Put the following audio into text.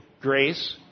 grace